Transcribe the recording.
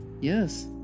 Yes